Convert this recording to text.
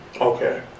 Okay